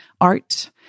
art